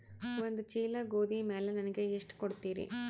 ಒಂದ ಚೀಲ ಗೋಧಿ ಮ್ಯಾಲ ನನಗ ಎಷ್ಟ ಕೊಡತೀರಿ?